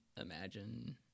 imagine